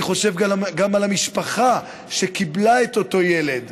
אני חושב גם על המשפחה שקיבלה את אותו ילד,